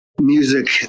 music